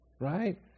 right